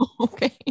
Okay